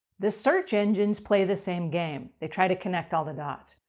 the search engines play the same game. they try to connect all the dots,